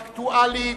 אקטואלית,